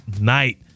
night